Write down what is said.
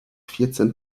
vierzehn